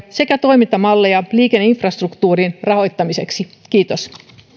sekä toimintamalleja liikenneinfrastruktuurin rahoittamiseksi kiitos